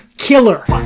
Killer